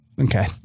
Okay